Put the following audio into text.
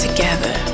Together